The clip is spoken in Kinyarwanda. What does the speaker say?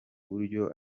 buryo